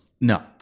No